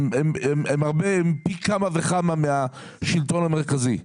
הן פי כמה וכמה מהשלטון המרכזי.